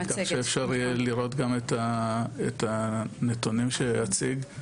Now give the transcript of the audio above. כך שאפשר יהיה לראות את הנתונים שאציג.